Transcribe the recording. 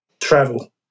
travel